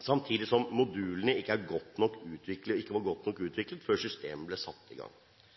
samtidig som modulene ikke var godt nok utviklet før systemet ble satt i gang. Tilsynsrapportene i MATS er lite tilpasset ulike mottakere, systemet